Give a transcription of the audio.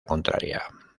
contraria